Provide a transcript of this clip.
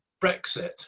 Brexit